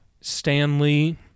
Stanley